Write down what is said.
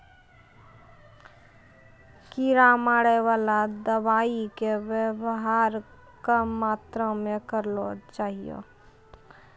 कीड़ा मारैवाला दवाइ के वेवहार कम मात्रा मे करना चाहियो